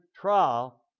trial